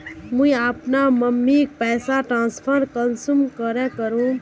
मुई अपना मम्मीक पैसा ट्रांसफर कुंसम करे करूम?